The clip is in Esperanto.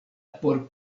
por